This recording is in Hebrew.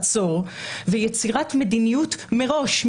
ויצירת מדיניות מראש,